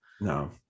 No